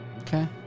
Okay